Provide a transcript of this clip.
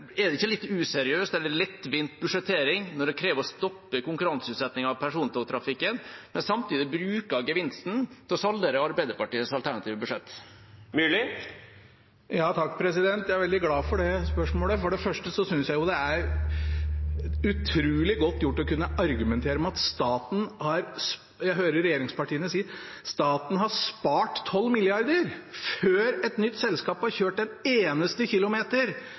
Er det ikke litt useriøst – eller lettvint budsjettering – når man krever å stoppe konkurranseutsettingen av persontogtrafikken, men samtidig bruker gevinsten til å saldere Arbeiderpartiets alternative budsjett? Jeg er veldig glad for det spørsmålet. For det første synes jeg det er utrolig godt gjort å kunne argumentere med – som jeg hører regjeringspartiene sier – at staten har spart 12 mrd. kr før et nytt selskap har kjørt en eneste